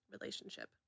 relationship